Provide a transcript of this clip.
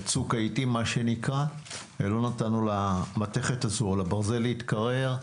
בצוק העיתים לא נתנו לברזל הזה להתקרר.